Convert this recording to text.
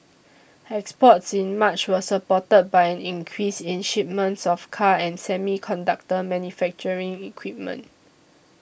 exports in March were supported by an increase in shipments of cars and semiconductor manufacturing equipment